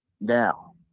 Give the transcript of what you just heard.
now